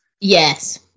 Yes